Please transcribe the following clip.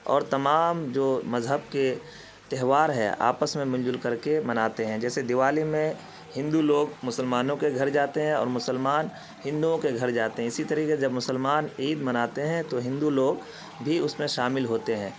اور تمام جو مذہب کے تہوار ہے آپس میں مل جل کر کے مناتے ہیں جیسے دیوالی میں ہندو لوگ مسلمانوں کے گھر جاتے ہیں اور مسلمان ہندوؤں کے گھر جاتے ہیں اسی طریقے سے جب مسلمان عید مناتے ہیں تو ہندو لوگ بھی اس میں شامل ہوتے ہیں